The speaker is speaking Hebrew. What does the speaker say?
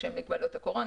בשל מגבלות הקורונה,